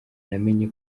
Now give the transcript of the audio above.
namenye